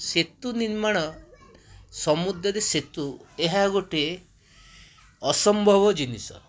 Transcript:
ସେତୁ ନିର୍ମାଣ ସମୁଦ୍ରରେ ସେତୁ ଏହା ଗୋଟେ ଅସମ୍ଭବ ଜିନିଷ